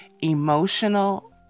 emotional